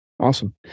Awesome